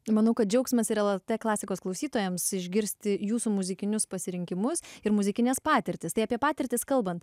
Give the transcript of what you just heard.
manau kad džiaugsmas ir lrt klasikos klausytojams išgirsti jūsų muzikinius pasirinkimus ir muzikines patirtis tai apie patirtis kalbant